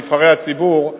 נבחרי הציבור,